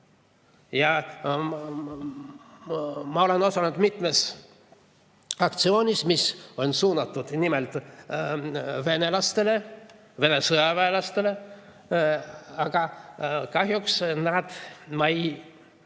Ma olen osalenud mitmes aktsioonis, mis on suunatud nimelt venelastele, Vene sõjaväelastele. Aga kahjuks need